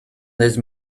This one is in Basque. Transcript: naiz